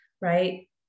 right